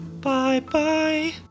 Bye-bye